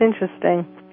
interesting